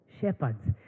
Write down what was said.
shepherds